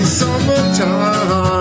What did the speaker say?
summertime